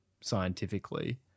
scientifically